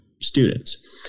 students